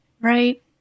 Right